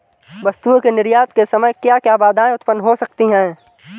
वस्तुओं के निर्यात के समय क्या क्या बाधाएं उत्पन्न हो सकती हैं?